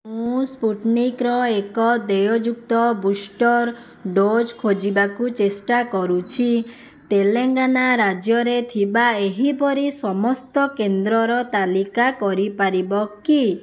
ମୁଁ ସ୍ପୁଟନିକ୍ର ଏକ ଦେୟଯୁକ୍ତ ବୁଷ୍ଟର ଡୋଜ୍ ଖୋଜିବାକୁ ଚେଷ୍ଟା କରୁଛି ତେଲେଙ୍ଗାନା ରାଜ୍ୟରେ ଥିବା ଏହିପରି ସମସ୍ତ କେନ୍ଦ୍ରର ତାଲିକା କରିପାରିବ କି